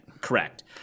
Correct